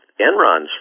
Enron's